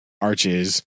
Arches